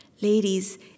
Ladies